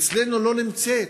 אצלנו לא נמצאת,